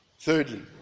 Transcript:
thirdly